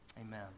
Amen